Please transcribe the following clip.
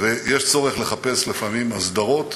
ויש צורך לחפש לפעמים הסדרות,